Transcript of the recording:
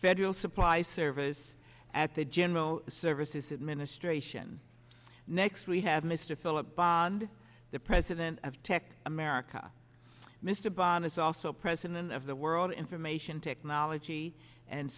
federal supply service at the general services administration next we have mr philip bond the president of tech america mr bond is also president of the world information technology and